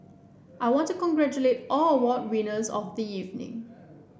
I want to congratulate all award winners of the evening